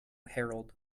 herald